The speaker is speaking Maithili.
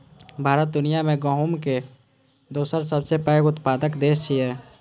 भारत दुनिया मे गहूमक दोसर सबसं पैघ उत्पादक देश छियै